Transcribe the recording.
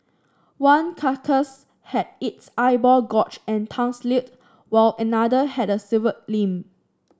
one carcass had its eyeball gorged and tongue slit while another had a severed limb